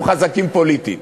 אנחנו חזקים פוליטית.